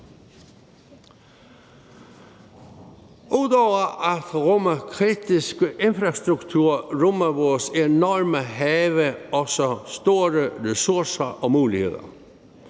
over at rumme kritisk infrastruktur rummer vores enorme have også store ressourcer og muligheder.